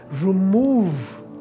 remove